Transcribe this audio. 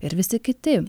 ir visi kiti